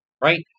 right